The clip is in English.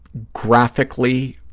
graphically